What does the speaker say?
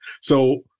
So-